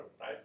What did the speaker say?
right